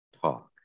talk